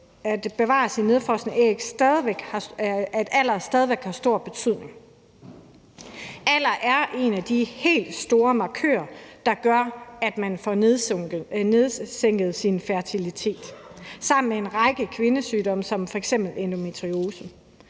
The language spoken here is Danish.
at bevare sine nedfrosne æg flage, at alder stadig væk har stor betydning. Alder er en af de helt store markører, der gør, at man får sænket sin fertilitet, sammen med en række kvindesygdomme som f.eks. endometriose.